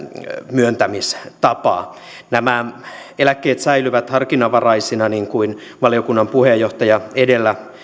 myöntämistapaa nämä eläkkeet säilyvät harkinnanvaraisina niin kuin valiokunnan puheenjohtaja edellä